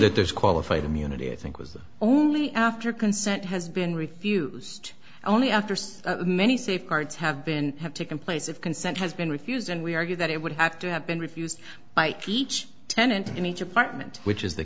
that there is qualified immunity i think was only after consent has been refused only after so many safeguards have been have taken place of consent has been refused and we argue that it would have to have been refused by teach tenant in each apartment which is the